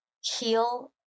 heal